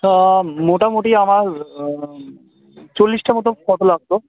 তা মোটামুটি আমার চল্লিশটা মতো ফটো লাগত